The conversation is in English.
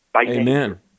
Amen